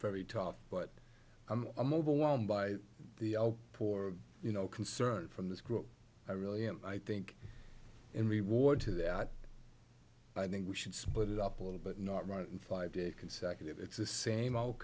very tough but i'm i'm overwhelmed by the poor you know concern from this group i really am i think in reward to that i think we should split it up a little but not right five day consecutive it's the same